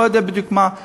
אני לא יודע בדיוק מה,